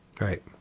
Right